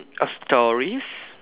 a stories